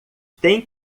têm